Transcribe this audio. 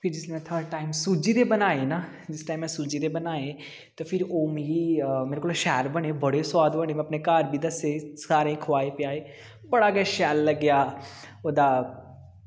फ्ही जिसलै third time सूजी दे बनाए ना जिस टाईम में सूजी दे बनाए ते फिर ओह् मिगी मेरे कोला शैल बने बड़े सोआद बने में अपने घर बी दस्से सारें गी खोआए पिआए बड़ा गै शैल लग्गेआ ओह्दा